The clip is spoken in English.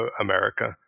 America